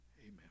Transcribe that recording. Amen